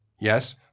Yes